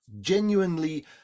genuinely